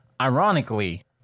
Ironically